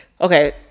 okay